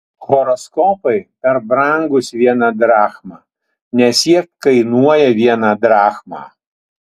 horoskopai per brangūs viena drachma nes jie kainuoja vieną drachmą